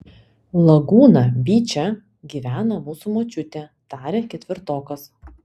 lagūna byče gyvena mūsų močiutė tarė ketvirtokas